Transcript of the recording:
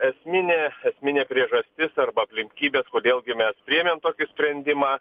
esminė esminė priežastis arba aplinkybės kodėl gi mes priėmėm tokį sprendimą